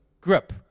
grip